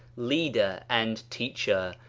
leader, and teacher,